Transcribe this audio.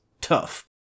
tough